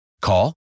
Call